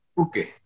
Okay